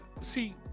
see